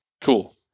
Cool